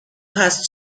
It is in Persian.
هست